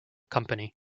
company